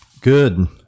good